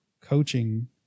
coaching